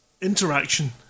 Interaction